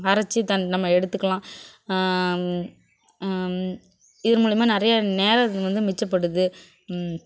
அரைச்சி தன் நம்ம எடுத்துக்கலாம் இதன் மூலிமா நிறைய நேரம் வந்து மிச்சப்படுது